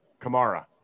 Kamara